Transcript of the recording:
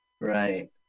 Right